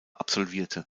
absolvierte